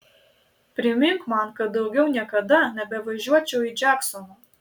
primink man kad daugiau niekada nebevažiuočiau į džeksoną